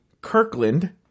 Kirkland